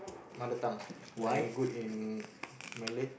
mother tongue I'm good in Malay